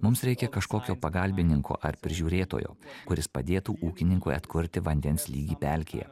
mums reikia kažkokio pagalbininko ar prižiūrėtojo kuris padėtų ūkininkui atkurti vandens lygį pelkėje